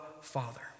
Father